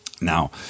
Now